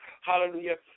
hallelujah